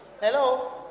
hello